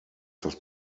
das